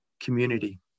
community